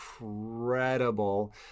incredible